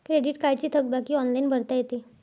credit कार्डची थकबाकी online भरता येते